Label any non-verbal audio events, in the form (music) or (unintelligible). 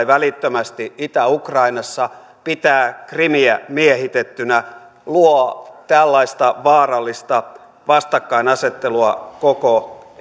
(unintelligible) välittömästi itä ukrainassa pitää krimiä miehitettynä luo tällaista vaarallista vastakkainasettelua koko